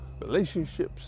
relationships